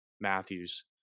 Matthews